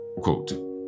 Quote